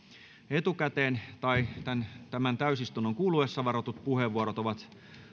etukäteen tai tämän tämän täysistunnon kuluessa varatut puheenvuorot ovat